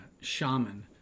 Shaman